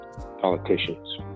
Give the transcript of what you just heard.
politicians